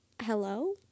hello